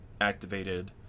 activated